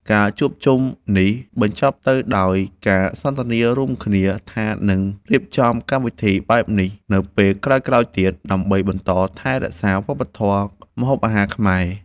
ការជួបជុំនេះបញ្ចប់ទៅដោយការសន្យារួមគ្នាថានឹងរៀបចំកម្មវិធីបែបនេះនៅពេលក្រោយៗទៀត ដើម្បីបន្តថែរក្សាវប្បធម៌ម្ហូបអាហារខ្មែរ។